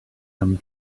come